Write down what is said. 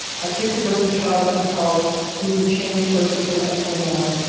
i picked a broken child up from college. he was a changed person from that point on.